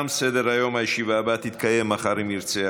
הצעת החוק תעבור לוועדה המסדרת להכנה לקריאה,